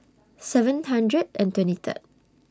seven hundred and twenty Third